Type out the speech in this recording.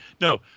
no